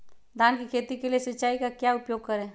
धान की खेती के लिए सिंचाई का क्या उपयोग करें?